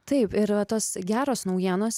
taip ir tos geros naujienos